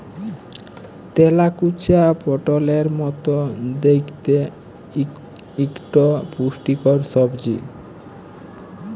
তেলাকুচা পটলের মত দ্যাইখতে ইকট পুষ্টিকর সবজি